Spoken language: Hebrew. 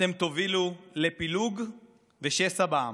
אתם תובילו לפילוג ושסע בעם.